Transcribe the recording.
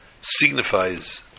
signifies